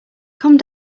come